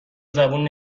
زبون